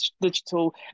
digital